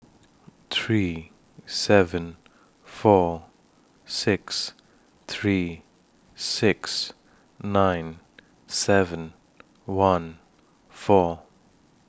three seven four six three six nine seven one four